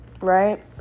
right